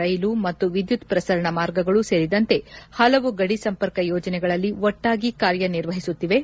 ರೈಲು ಮತ್ತು ವಿದ್ಯುತ್ ಪ್ರಸರಣ ಮಾರ್ಗಗಳೂ ಸೇರಿದಂತೆ ಪಲವು ಗಡಿ ಸಂಪರ್ಕ ಯೋಜನೆಗಳಲ್ಲಿ ಒಟ್ಟಾಗಿ ಕಾರ್ಯ ನಿರ್ವಹಿಸುತ್ತಿವೆ